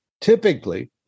Typically